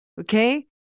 Okay